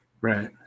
Right